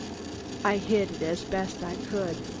i hid, as best i could,